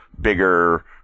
bigger